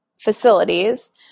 facilities